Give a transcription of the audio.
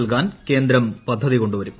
നൽകാൻ കേന്ദ്രം പദ്ധതി കൊണ്ടുവരും